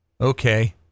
okay